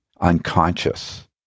unconscious